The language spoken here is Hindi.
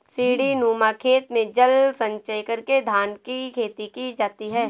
सीढ़ीनुमा खेत में जल संचय करके धान की खेती की जाती है